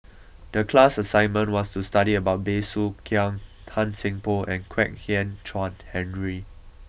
the class assignment was to study about Bey Soo Khiang Tan Seng Poh and Kwek Hian Chuan Henry